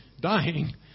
dying